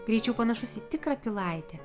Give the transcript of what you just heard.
greičiau panašus į tikrą pilaitę